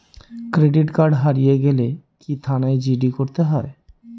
Credit card হারিয়ে গেলে কি থানায় জি.ডি করতে হয়?